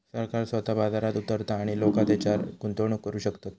सरकार स्वतः बाजारात उतारता आणि लोका तेच्यारय गुंतवणूक करू शकतत